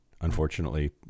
unfortunately